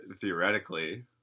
Theoretically